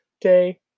day